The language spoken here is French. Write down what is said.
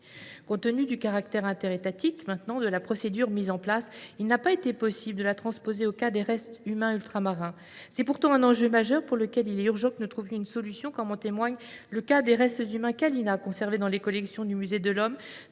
Compte tenu du caractère interétatique de la procédure mise en place, il n’a pas été possible de la transposer aux cas des restes humains ultramarins. C’est pourtant un enjeu majeur, pour lequel il est urgent que nous trouvions une solution, comme en témoigne le cas des restes humains kaliña conservés dans les collections du musée de l’Homme